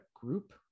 group